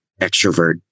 extrovert